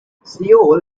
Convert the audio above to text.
seoul